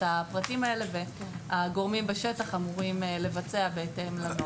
הפרטים האלה והגורמים בשטח אמורים לבצע בהתאם לנהל.